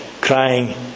crying